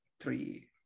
three